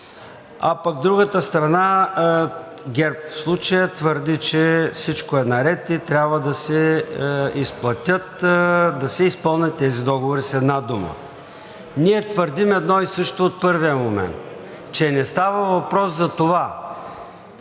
А пък другата страна – ГЕРБ в случая, твърди, че всичко е наред, и трябва да се изпълнят тези договори, с една дума. Ние твърдим едно и също от първия момент – че не става въпрос за това